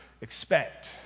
expect